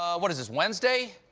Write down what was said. what is this wednesday?